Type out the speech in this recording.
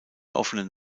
offenen